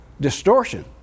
distortion